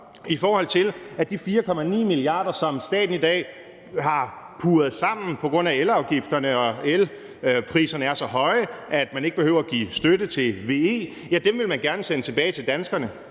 i forhold til at de 4,9 mia. kr., som staten i dag har puget sammen på grund af elafgifterne, og at elpriserne er så høje, at man ikke behøver at give støtte til VE, vil man gerne sende tilbage til danskerne.